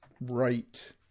right